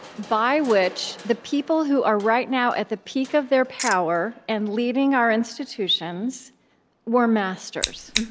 by which the people who are right now at the peak of their power and leading our institutions were masters.